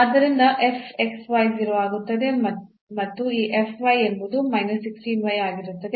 ಆದ್ದರಿಂದ 0 ಆಗುತ್ತದೆ ಮತ್ತು ಈ ಎಂಬುದು ಆಗಿರುತ್ತದೆ